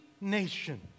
nation